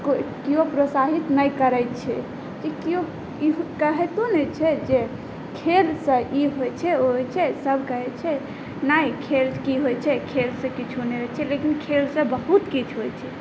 किओ प्रोत्साहित नहि करै छै किओ कहितो नहि छै जे खेलसँ ई होइ छै ओ होइ छै सब कहै छै नहि खेल कि होइ छै खेलसँ किछो नहि होइ छै लेकिन खेलसँ बहुत किछु होइ छै